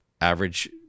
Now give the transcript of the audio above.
average